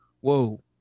whoa